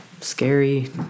Scary